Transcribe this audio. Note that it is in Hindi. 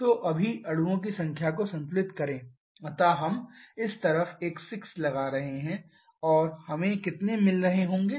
तो अभी अणुओं की संख्या को संतुलित करें अतः हम इस तरफ एक सिक्स लगा रहे हैं और हमें कितने मिल रहे होंगे